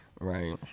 Right